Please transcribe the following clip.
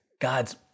God's